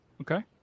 okay